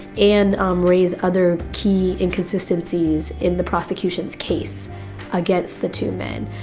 and um raise other key inconsistencies in the prosecution's case against the two men.